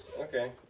Okay